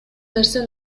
нерсе